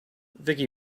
vicky